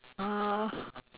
uh